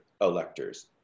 electors